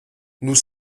nous